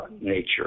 nature